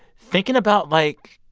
thinking about, like,